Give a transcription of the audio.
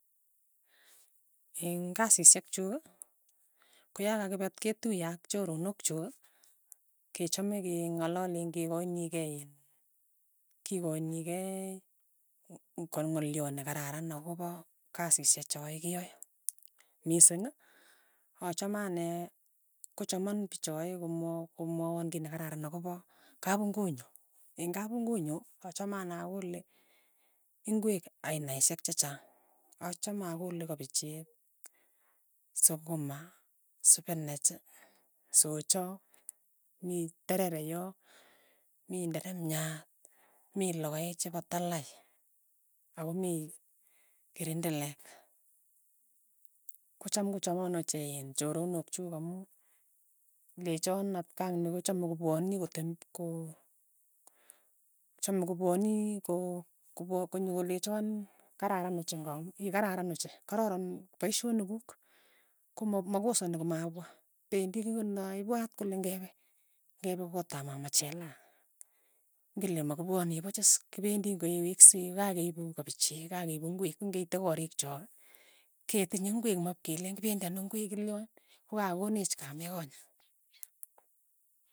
Eng' kasishek chuk, koyakakipe atketuye ak choronok chuk, kechame keng'alale kekochinikei iin kikoinikeiiuu ko ng'alio nekararan amu ka kasishek choe keyae, mising, achame ane kochaman pichoe komwa komwaiywa kit nekararan akopa kapungui nyu, ing' kapungui nyu, achame ane akole ingwek ainaishek chechang, achame akole kapichek, sukuma, sipinach, socho, mi terere yo, mi nderemiat, mi lokoek chepo talai, ako mii kirendelek, kocham kochamon ochei choronok chuk amu lechon atkan nekochame kopwani kotem ko chame kopwani ko kopo konyokolechon karararan ochei nga ikararan ochei kororon paishonik kuk, koma makosani komapwa. pendi pwat kole ng'epe, ng'epe kot ap mama chelaa, ng'ele makipwani puch is, kipendi ng'eweksei kokakeiou kapichek, kakeip ing'wek, king'eite korik chok ketinye ingwek, mapkelen kipendi ano ingwek kilyon, kokakokonech kame konye.